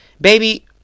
Baby